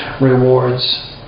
rewards